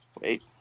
wait